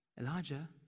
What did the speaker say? Elijah